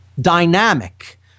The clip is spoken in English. dynamic